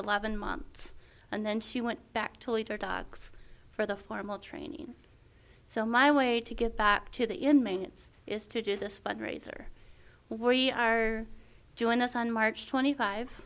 eleven months and then she went back to leave her dogs for the formal training so my way to get back to the inmates is to do this fundraiser where we are joined us on march twenty five